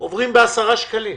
עוברים ב-10 שקלים.